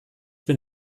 bin